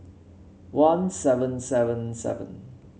one seven seven seven